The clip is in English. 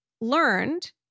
learned